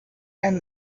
and